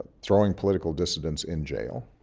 throwing political dissidents in jail,